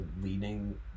leading